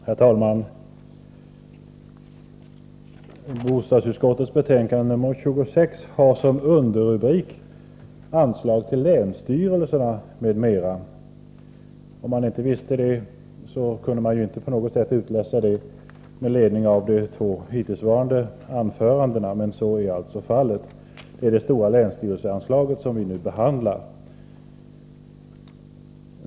Herr talman! Bostadsutskottets betänkande nr 26 har som rubrik anslag till länsstyrelserna m.m. Om man inte visste det kunde man inte utläsa detta av de två anföranden som hittills hållits, men så är alltså fallet. Det är det stora länsstyrelseanslaget som vi nu behandlar.